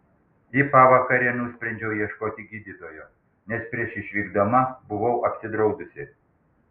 į pavakarę nusprendžiau ieškoti gydytojo nes prieš išvykdama buvau apsidraudusi